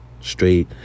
straight